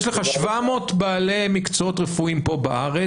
יש לך 700 בעלי מקצועות רפואיים פה בארץ,